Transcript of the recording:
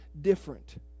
different